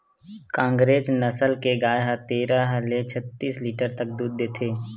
कांकरेज नसल के गाय ह तेरह ले छत्तीस लीटर तक दूद देथे